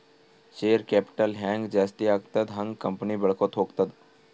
share capital ಹ್ಯಾಂಗ್ ಜಾಸ್ತಿ ಆಗ್ತದ ಹಂಗ್ ಕಂಪನಿ ಬೆಳ್ಕೋತ ಹೋಗ್ತದ